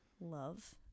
Love